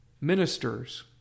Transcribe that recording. ministers